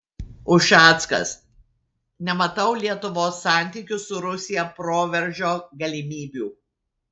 ušackas nematau lietuvos santykių su rusija proveržio galimybių